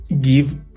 give